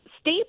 State